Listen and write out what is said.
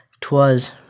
Twas